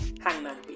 Hangman